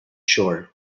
shore